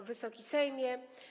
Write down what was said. Wysoki Sejmie!